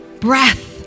breath